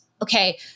okay